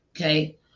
Okay